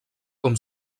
com